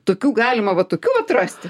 tokių galima va tokių atrasti